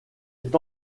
est